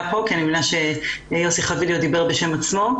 פה כי הבנתי שיוסי חביליו דיבר בשם עצמו.